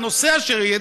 על נושא אשר יהיה,